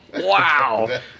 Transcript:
Wow